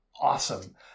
awesome